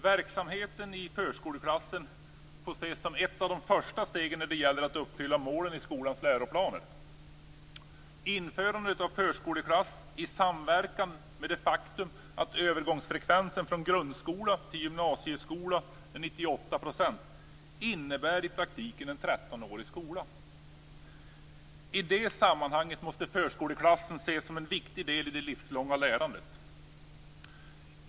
Verksamheten i förskoleklassen får ses som ett av de första stegen när det gäller att uppfylla målen i skolans läroplaner. Införandet av förskoleklass i samverkan med det faktum att frekvensen till övergång från grundskola till gymnasiekola är 98 % innebär i praktiken en 13-årig skola. I det sammanhanget måste förskoleklassen ses som en viktig del i det livslånga lärandet.